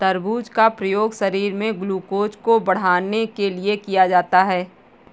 तरबूज का प्रयोग शरीर में ग्लूकोज़ को बढ़ाने के लिए किया जाता है